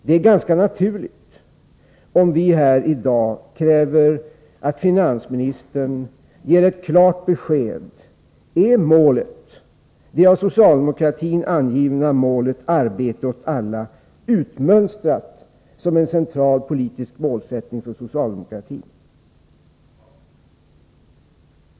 Det är ganska naturligt om vi i dag kräver att finansministern ger ett klart besked: Är det av socialdemokratin angivna målet ”arbete åt alla” utmönstrat som en central politisk målsättning för socialdemokratin?